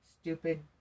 stupid